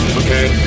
okay